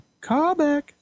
Callback